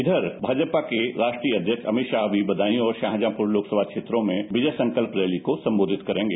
उधर भाजपा के राष्ट्रीय अध्यक्ष अमित शाह भी बदायूं और शाहजहाँप्र लोकसभा क्षेत्रों में विजय संकल्प रैली को संवोधित करेंगे